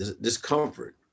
discomfort